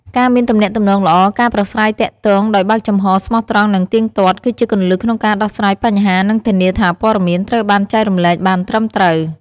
ការមានទំនាក់ទំនងល្អ ការប្រាស្រ័យទាក់ទងដោយបើកចំហរ ស្មោះត្រង់ និងទៀងទាត់ គឺជាគន្លឹះក្នុងការដោះស្រាយបញ្ហា និងធានាថាព័ត៌មានត្រូវបានចែករំលែកបានត្រឹមត្រូវ។